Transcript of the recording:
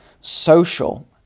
social